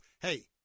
hey